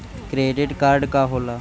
Credit card का होला?